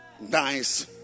nice